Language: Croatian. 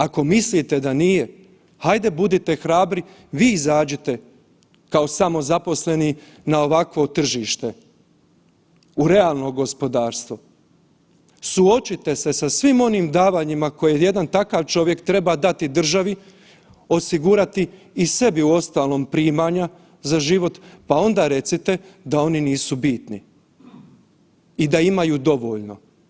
Ako mislite da nije, hajde budite hrabri vi izađite kao samozaposleni na ovakvo tržište u realno gospodarstvo, suočite se sa svim onim davanjima koje jedan takav čovjek treba dati državi, osigurati i sebi uostalom primanja za život pa onda recite da oni nisu bitni i da imaju dovoljno.